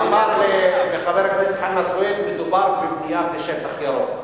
שאמר לחבר הכנסת חנא סוייד: מדובר בבנייה בשטח ירוק.